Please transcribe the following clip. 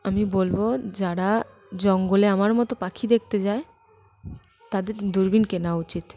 আমি বলব যারা জঙ্গলে আমার মতো পাখি দেখতে যায় তাদের দূরবীন কেনা উচিত